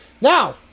Now